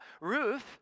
Ruth